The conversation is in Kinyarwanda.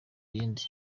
yindi